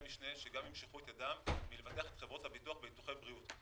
משנה שגם ימשכו את ידם מלבטח את חברות הביטוח בביטוחי בריאות.